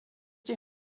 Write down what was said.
die